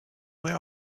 where